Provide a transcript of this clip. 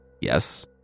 yes